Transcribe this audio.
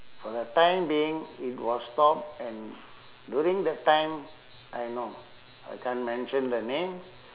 for the time being it was stop and during the time ah no I can't mention the name